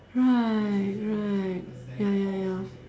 right right ya ya ya